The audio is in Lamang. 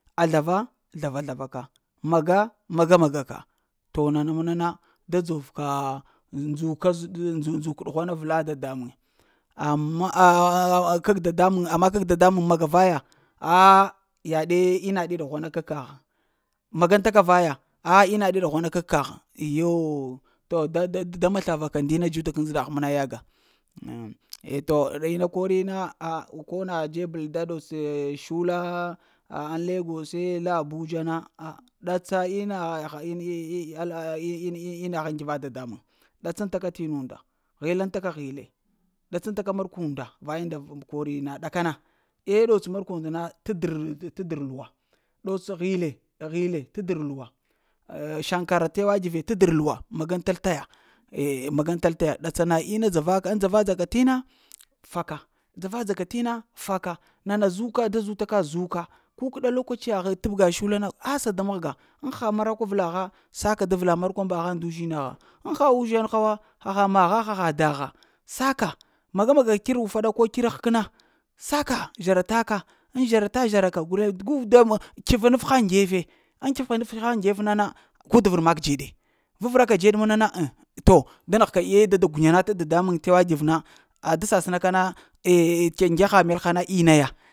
A zlava? Zlava-zlava ka, maga? Maga-maga ka. To nana məna na da dzor ka; ndzokaz ndzoka, ndzuk ɗughwana avla dadamuŋ, amma a-aaah kag dadamuŋ, amma k’ dadamuŋ maga raya, a'ah yaɗe ina ɗe ɗughwana ka kaha, magaŋ ta ka raya ah in ɗe dughwaŋa ka kaha iyo to da maslaghvaka ndi na dzu ta gan ndzəɗaha mna yaga. eh to ina kori na ah ko na dzebel ɗa ɗots e shula a ŋ legose la abuja na a ɗatsa innaha ha e-e-e a la e-e-e ina ina haŋ tva dadamuŋ. Ɗatsantaka ina unda hilaŋ taka hile, ɗatsantaka mar kwa unde vaye kori hana ɗakana eh ɗots hile-hile t'dr-luwa shankara t'e wa t've ta ɗr-luwa magantal taza eh magan tal taya ɗatsa na ina dzava ka, ŋ dzava dzakat'inna faka, dzara-dza ka t'na faka. Nana zuka, da zutaka zuka, kukəɗa lokacya ha tabga shula na assa da mahga,? Haha marakwa arla ha saka da vla markwan mhaha nduzh naha ŋ ha uzhinha wa, haha maha, haha daha saka, maga-maga tr ufaɗa ko tr h kəna saka, zhara taka ŋ zhara-ta-zhara ka guleŋ guda m kya-va-naf haŋ ŋgwefe ŋ kya-va-naf ŋgwef nana gu da ver mak dzeɗe, vavra ka dzeɗ mna na ŋ to da nəgh ka eye da guna na ta dadamuŋ ewa kyev na. Da sassna ka na da kyeŋgaha melha na ina ya